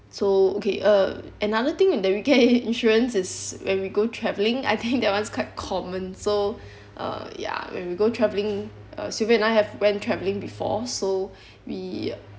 so okay uh another thing in the insurance is when we go travelling I think that one is quite common so uh ya when we go travelling uh sylvia and I have went travelling before so we